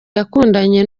yakundanye